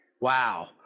Wow